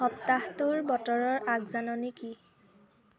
সপ্তাহটোৰ বতৰৰ আগজাননী কি